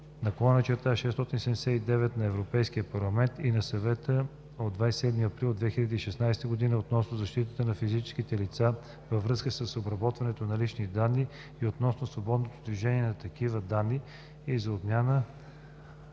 (ЕС) 2016/679 на Европейския парламент и на Съвета от 27 април 2016 година относно защитата на физическите лица във връзка с обработването на лични данни и относно свободното движение на такива данни и за отмяна